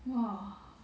!wah!